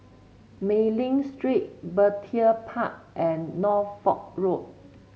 Mei Ling Street Petir Park and Norfolk Road